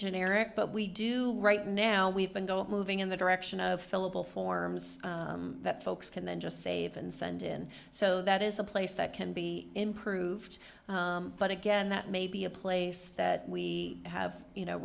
generic but we do right now we've been moving in the direction of fillable forms that folks can then just save and send in so that is a place that can be improved but again that may be a place that we have you know